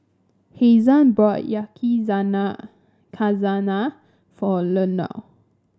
Hasan brought Yakizakana for Leonel